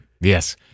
Yes